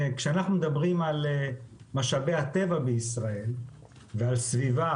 כשאנחנו מדברים על משאבי הטבע בישראל ועל סביבה,